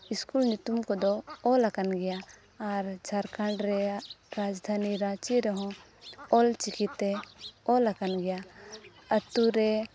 school ᱧᱩᱛᱩᱢ ᱠᱚᱫᱚ ᱚᱞ ᱟᱠᱟᱱ ᱜᱮᱭᱟ ᱟᱨ ᱡᱷᱟᱲᱠᱷᱟᱸᱰ ᱨᱮᱭᱟᱜ ᱨᱟᱡᱽᱫᱷᱟᱱᱤ ᱨᱟᱸᱪᱤ ᱨᱮᱦᱚᱸ ᱚᱞᱪᱤᱠᱤᱛᱮ ᱚᱞ ᱟᱠᱟᱱ ᱜᱮᱭᱟ ᱟᱹᱛᱩ ᱨᱮ